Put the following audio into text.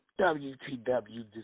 WTW